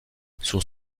sous